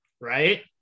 right